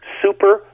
super